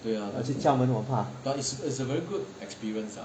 去敲门我很怕